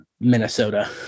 Minnesota